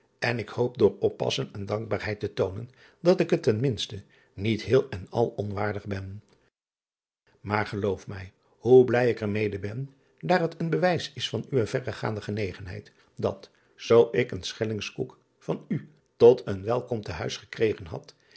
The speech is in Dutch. en ik hoop door oppassen en dankbaarheid te toonen dat ik het ten minste niet heel en al onwaardig ben maar geloof mij hoe blij ik er mede ben daar het een bewijs is van uwe verregaande genegenheid dat zoo ik een schellings koek van u tot een welkom te huis gekregen had